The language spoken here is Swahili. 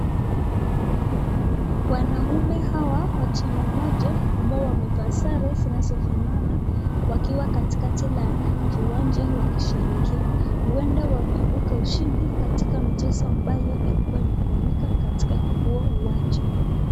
Wanaume hawa wa timu moja ambao wamevaa sare zinazofanana wakiwa katikati la kiwanja wakisherekea, huenda wameibuka washindi katika mchezo ambayo ilikuwa inafanyika katika huo uwanja.